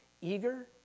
eager